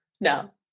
no